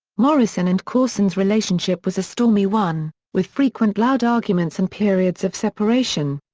morrison and courson's relationship was a stormy one, with frequent loud arguments and periods of separation.